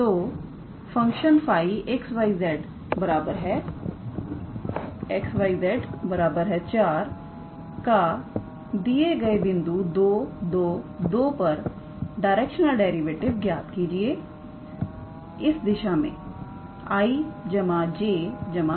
तो फंक्शन 𝜑𝑥 𝑦 𝑧 𝑥𝑦𝑧 4 का दिए गए बिंदु 222 पर डायरेक्शनल डेरिवेटिव ज्ञात कीजिए इस दिशा में 𝑖̂ 𝑗̂ 𝑘̂